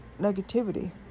negativity